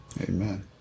Amen